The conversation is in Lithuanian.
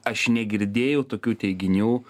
aš negirdėjau tokių teiginių